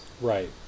Right